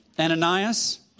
Ananias